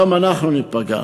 גם אנחנו ניפגע.